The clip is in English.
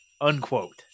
unquote